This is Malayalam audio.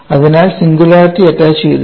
അതിനാൽ സിംഗുലാരിറ്റി അറ്റാച്ചുചെയ്തിട്ടില്ല